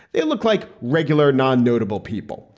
they look like regular, non notable people.